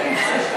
שקד מה?